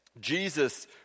Jesus